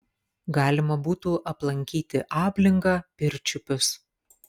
galima būtų aplankyti ablingą pirčiupius